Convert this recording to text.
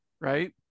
right